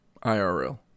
IRL